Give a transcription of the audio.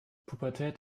pubertät